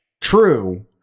true